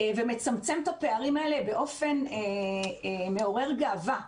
ומצמצם את הפערים האלה באופן מעורר גאווה.